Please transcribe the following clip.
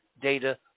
data